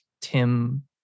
Tim